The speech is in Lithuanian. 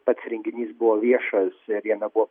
pats renginys buvo viešas ir jame buvo